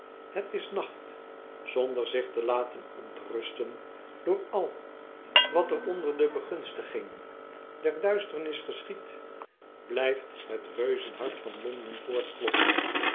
het is nacht zonder zich te laten ontrusten door al wat er onder de begunstiging der duisternis geschiedt blyft het reuzenhart van londen